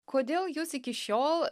kodėl jūs iki šiol